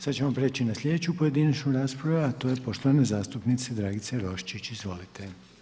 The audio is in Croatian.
Sad ćemo priječi na slijedeću pojedinačnu raspravu a to je poštovane zastupnice Dragice Roščić, izvolite.